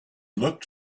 looked